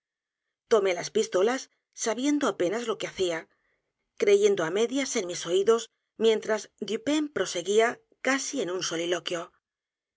tomé las pistolas sabiendo apenas lo que hacía creyendo á medias en mis oídos mientras dupin p r o seguía casi en un soliloquio